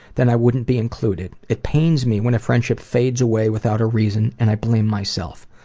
then i wouldn't be included. it pains me when a friendship fades away without a reason and i blame myself.